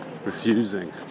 refusing